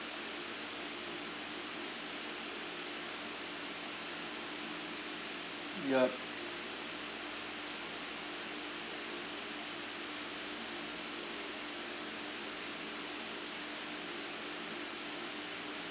yup